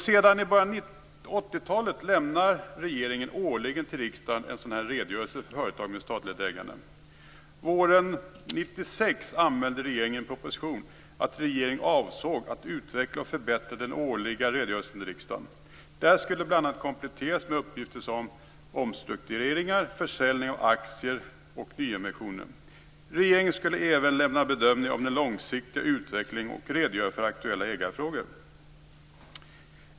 Sedan början av 80-talet lämnar regeringen årligen till riksdagen en redogörelse för företag med statligt ägande. Våren 1996 anmälde regeringen i en proposition att regeringen avsåg att utveckla och förbättra den årliga redogörelsen till riksdagen. Där skulle man bl.a. komplettera med uppgifter om omstrukturering, försäljning av aktier och nyemission. Regeringen skulle även lämna bedömningar om den långsiktiga utvecklingen och redogöra för aktuella ägarfrågor.